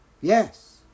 Yes